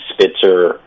Spitzer